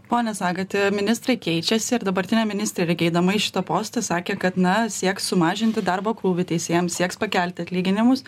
pone sagati ministrai keičias ir dabartinė ministrė eidama į šitą postą sakė kad na sieks sumažinti darbo krūvį teisėjams sieks pakelti atlyginimus